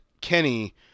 Kenny